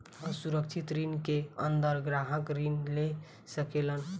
असुरक्षित ऋण के अंदर ग्राहक ऋण ले सकेलन